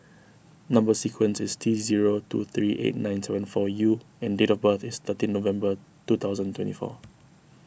Number Sequence is T zero two three eight nine seven four U and date of birth is thirteen November two thousand and twenty four